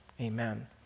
amen